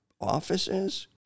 offices